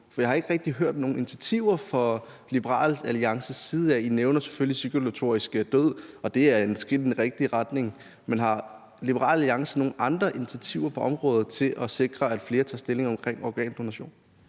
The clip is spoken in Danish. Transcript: for jeg har ikke rigtig hørt om nogen initiativer fra Liberal Alliances side af. I nævner selvfølgelig cirkulatorisk død, og det er et skridt i den rigtige retning. Men har Liberal Alliance nogle andre initiativer på området til at sikre, at flere tager stilling til organdonation?